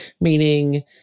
meaning